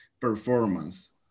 performance